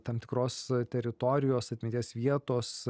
tam tikros teritorijos atminties vietos